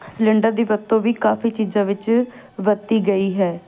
cylinder ਦੀ ਵਰਤੋਂ ਵੀ ਕਾਫੀ ਚੀਜ਼ਾਂ ਵਿੱਚ ਵਰਤੀ ਗਈ ਹੈ